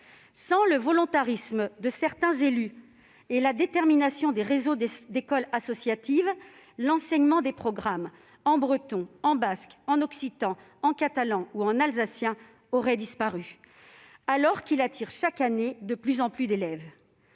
Sans le volontarisme de certains élus et la détermination des réseaux d'écoles associatives, l'enseignement des programmes en breton, en basque, en occitan, en catalan ou en alsacien aurait disparu, alors qu'il attire chaque année de plus en plus d'élèves.